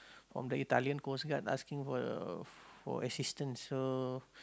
from the Italian coast guard asking for for assistance so